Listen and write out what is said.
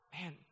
man